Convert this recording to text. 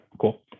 cool